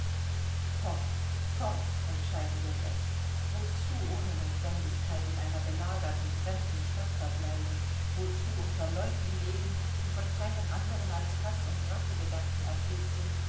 fort fort entscheiden wir jetzt wozu ohne notwendigkeit in einer belagerten fremden stadt verbleiben wozu unter leuten leben die von keinen anderen als haß und rachegedanken erfüllt sind